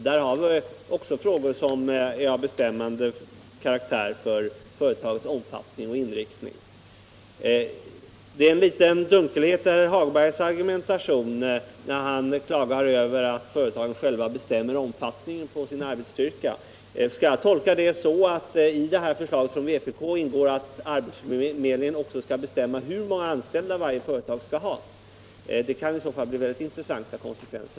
Där finns också regler som gäller företagens omfattning och inriktning. Det är en liten dunkelhet i herr Hagbergs argumentation när han klagar över att företagsledarna själva bestämmer omfattningen på sin arbetsstyrka. Skall jag tolka det så att i det här förslaget från vpk ingår att arbetsförmedlingen också skall bestämma hur många anställda varje företag skall ha? Ett bifall till det förslaget skulle få mycket intressanta konsekvenser!